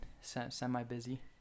semi-busy